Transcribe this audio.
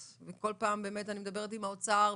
- ובאמת בכל פעם אני מדברת עם האוצר,